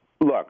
Look